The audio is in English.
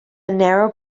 narrow